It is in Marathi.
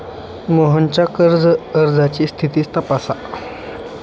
मोहनच्या कर्ज अर्जाची स्थिती तपासा